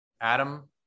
Adam